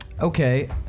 Okay